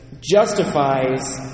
justifies